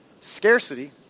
scarcity